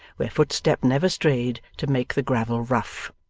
where footstep never strayed to make the gravel rough.